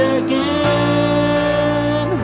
again